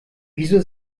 wieso